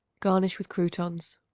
garnish with croutons.